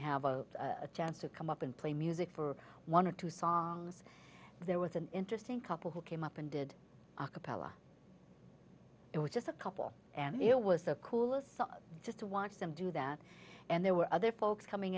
have a chance to come up and play music for one or two songs there was an interesting couple who came up and did a capella it was just a couple and feel was so cool just to watch them do that and there were other folks coming